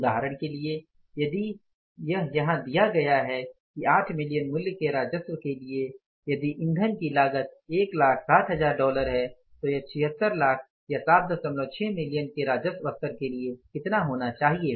उदाहरण के लिए यदि यह यहाँ दिया गया है कि 8 मिलियन मूल्य के राजस्व के लिए यदि ईंधन की लागत 160000 डॉलर है तो यह 76 लाख या 76 मिलियन के राजस्व स्तर के लिए कितना होना चाहिए